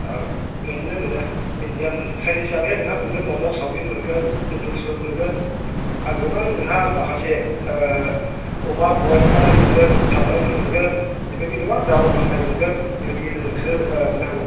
औ मोनो मोनो इण्डियान चाइनिस जायोबा नोंहा मोनगोन मम' चावमिन मोनगोन नुदोल्सफोर मोनगोन आरो गोबां नोंहा माखासे अमा बइल खालामनाय मोनगोन सावनायफोर मोनगोन बेबायदिनो गोबां दाउ हांनाय मोनगोन बेबायदि नोंसोर मोन्नो हागोन